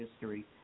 history